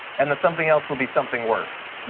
and the something else will be something worse.